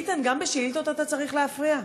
ביטן, גם בשאילתות אתה צריך להפריע?